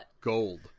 gold